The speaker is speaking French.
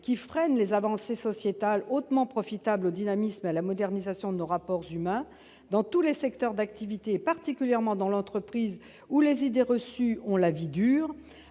qui freinent les avancées sociétales hautement profitables au dynamisme et à la modernisation de nos rapports humains dans tous les secteurs d'activité, particulièrement dans l'entreprise, où les idées reçues ont la vie dure,